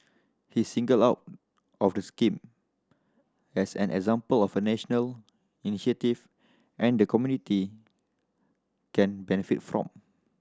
he singled out of the scheme as an example of a national initiative and the community can benefit from